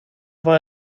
war